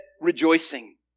rejoicing